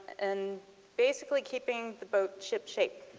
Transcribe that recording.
and basically keeping the boat ship shape.